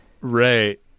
Right